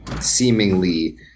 seemingly